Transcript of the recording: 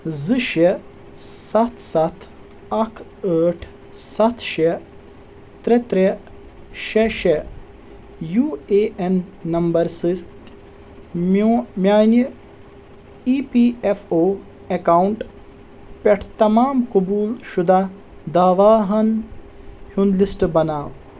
زٕ شےٚ سَتھ سَتھ اکھ ٲٹھ سَتھ شےٚ ترٛےٚ ترٛےٚ شےٚ شےٚ یو اے ایٚن نمبر سۭتۍ میٛانہِ ای پی ایٚف او ایٚکاونٛٹہٕ پٮ۪ٹھ تمام قبول شُدہ دعواہ ہَن ہُنٛد لسٹہٕ بناو